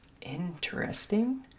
Interesting